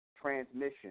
transmission